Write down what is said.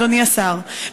אדוני השר,